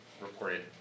reported